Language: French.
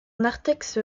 narthex